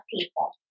people